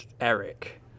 Eric